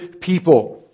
people